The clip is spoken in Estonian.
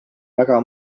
väga